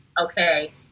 okay